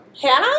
Hannah